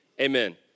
amen